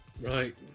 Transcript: Right